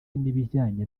n’ibijyanye